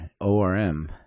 ORM